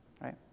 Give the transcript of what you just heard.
right